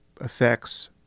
effects